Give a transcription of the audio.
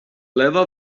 lewa